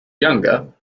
younger